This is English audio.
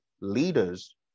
leaders